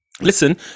Listen